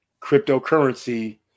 cryptocurrency